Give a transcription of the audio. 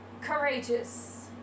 courageous